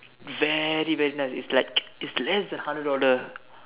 very very nice it's like it's less than hundred dollar